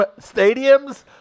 stadiums